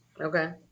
Okay